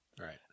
Right